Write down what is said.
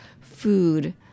food